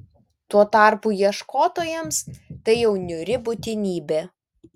tuo tarpu ieškotojams tai jau niūri būtinybė